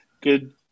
good